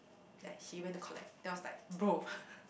like he went to collect then I was like bro